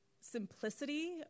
simplicity